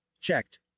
Checked